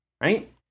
right